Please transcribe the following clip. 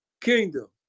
Kingdom